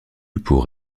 pour